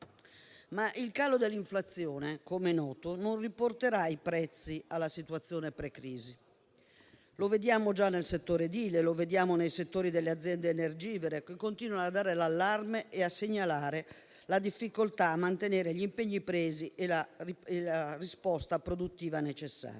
ma il calo dell'inflazione - come noto - non riporterà i prezzi alla situazione precrisi. Lo vediamo già nel settore edile e in quello delle aziende energivore, che continuano a dare l'allarme e a segnalare la difficoltà di mantenere gli impegni presi e la risposta produttiva necessaria.